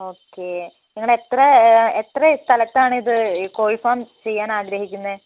okay നിങ്ങൾ എത്ര എത്ര സ്ഥലത്താണിത് ഈ കോഴി ഫാം ചെയ്യാൻ ആഗ്രഹിക്കുന്നത്